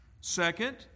Second